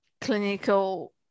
clinical